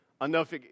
enough